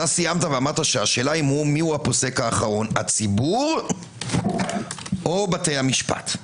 אמרת שהשאלה היא מי הפוסק האחרון הצבור או בתי המשפט.